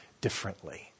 differently